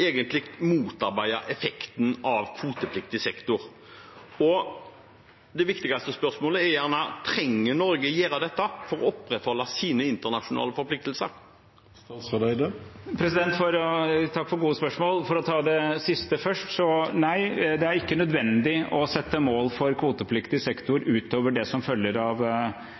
egentlig motarbeider effekten av kvotepliktig sektor? Det viktigste spørsmålet er gjerne: Trenger Norge å gjøre dette for å opprettholde sine internasjonale forpliktelser? Takk for gode spørsmål. For å ta det siste først: Nei, det er ikke nødvendig å sette mål for kvotepliktig sektor utover det som følger av